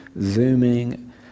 zooming